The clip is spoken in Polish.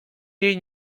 jej